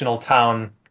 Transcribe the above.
town